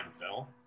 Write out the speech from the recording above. Phil